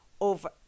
Over